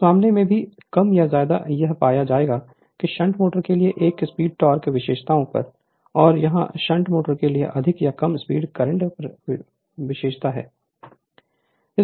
इस मामले में भी कम या ज्यादा यह पाया जाएगा कि शंट मोटर के लिए एक स्पीड टोक़ विशेषताओं और यहाँ यह शंट मोटर के लिए अधिक या कम स्पीड करंट विशेषता है